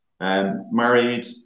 Married